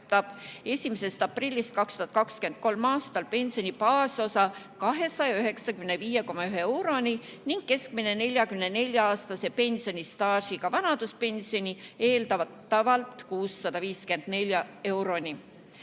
kasvab 1. aprillist 2023. aastal pensioni baasosa 295,1 euroni ning keskmine 44‑aastase pensionistaažiga vanaduspension eeldatavalt 654 euroni.